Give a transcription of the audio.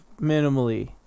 minimally